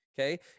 okay